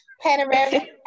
Panoramic